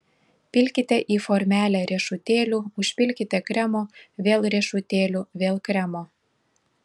pilkite į formelę riešutėlių užpilkite kremo vėl riešutėlių vėl kremo